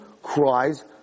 cries